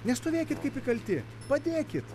nestovėkit kaip įkalti padėkit